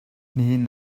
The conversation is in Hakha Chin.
nihin